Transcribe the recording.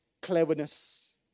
cleverness